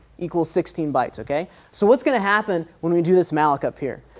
equals sixteen bytes ok. so what's going to happen when we do this malloc up here?